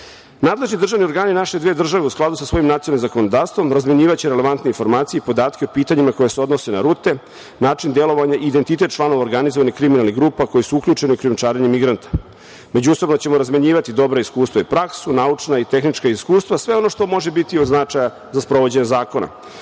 državni organi naše dve države u skladu sa svojim nacionalnim zakonodavstvom razmenjivaće relevantne informacije i podatke o pitanjima koja se odnose na rute, način delovanja i identitet članova organizovanih kriminalnih grupa koje su uključene u krijumčarenje migranata. Međusobno ćemo razmenjivati dobra iskustva i praksu, naučna i tehnička iskustva, sve ono što može biti od značaja za sprovođenje zakona.